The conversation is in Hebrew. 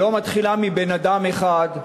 היא לא מתחילה מבן-אדם אחד,